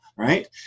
Right